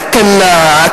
הקטנה,